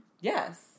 Yes